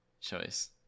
choice